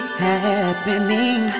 happening